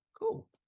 Cool